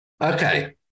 Okay